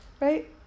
right